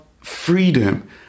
freedom